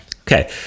Okay